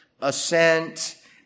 assent